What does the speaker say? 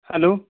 hello